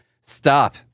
stop